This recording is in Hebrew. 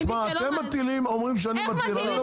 אתם אומרים שאני מטיל,